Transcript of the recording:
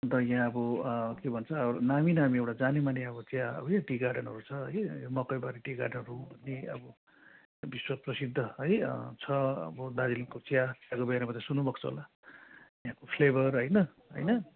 अन्त यहाँ अब के भन्छ नामी नामी एउटा जाने माने अब चिया है टी गार्डनहरू छ है मकैबारी टी गार्डनहरू भन्ने अब विश्व प्रसिद्ध है छ अब दार्जिलिङको चिया यहाँको बारेमा त सुन्नु भएको छ होला यहाँको फ्लेभर होइन होइन